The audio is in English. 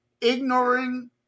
Ignoring